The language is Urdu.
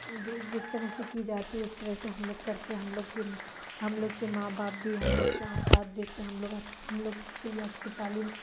جس طرح سے کی جاتی ہے اس طرح سے ہم لوگ کرتے ہیں ہم لوگ کی ہم لوگ کے ماں باپ بھی ہم لوگ کا ساتھ دیتے ہیں ہم لوگ ہم لوگ کے لیے اچھی تعلیم